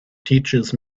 teaches